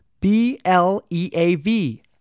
B-L-E-A-V